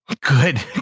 Good